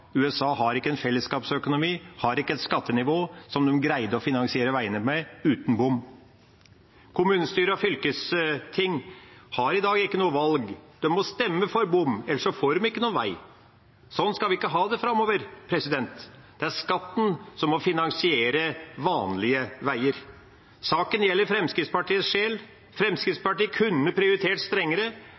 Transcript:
USA. USA har ikke en fellesskapsøkonomi, de har ikke et skattenivå som de greide å finansiere veiene med uten bom. Kommunestyrer og fylkesting har i dag ikke noe valg. De må stemme for bom, ellers får de ikke noe vei. Sånn skal vi ikke ha det framover. Det er skatten som må finansiere vanlige veier. Saken gjelder Fremskrittspartiets sjel. Fremskrittspartiet kunne prioritert strengere.